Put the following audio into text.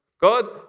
God